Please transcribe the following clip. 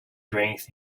drinks